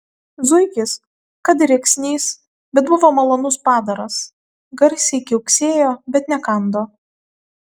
zuikis kad ir rėksnys bet buvo malonus padaras garsiai kiauksėjo bet nekando